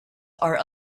are